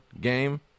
game